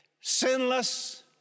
Sinless